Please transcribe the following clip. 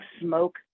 smoke